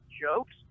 jokes